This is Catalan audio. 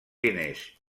diners